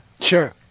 Sure